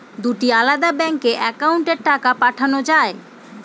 দুটি আলাদা ব্যাংকে অ্যাকাউন্টের টাকা পাঠানো য়ায়?